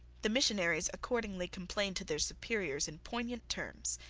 the missionaries accordingly complained to their superiors in poignant terms,